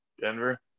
Denver